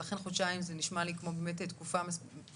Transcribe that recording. ולכן חודשיים זה נשמע לי כמו תקופה מספקת